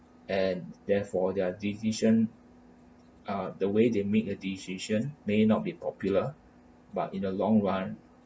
and therefore their decisions uh the way they make a decision may not be popular but in the long run